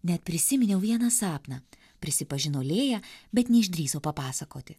net prisiminiau vieną sapną prisipažino lėja bet neišdrįso papasakoti